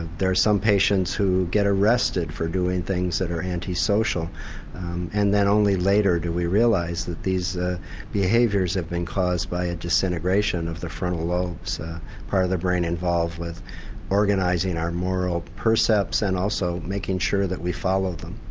there are some patients who get arrested for doing things that are antisocial and then only later do we realise that these behaviours have been caused by a disintegration of the frontal lobes part of the brain involved with organising our moral percepts and also making sure that we follow them.